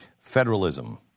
federalism